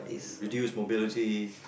reduce mobility